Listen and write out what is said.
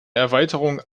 erweiterung